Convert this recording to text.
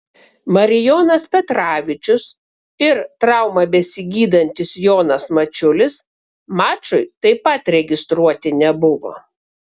marijonas petravičius ir traumą besigydantis jonas mačiulis mačui taip pat registruoti nebuvo